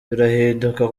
birahinduka